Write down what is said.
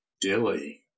Dilly